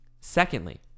Secondly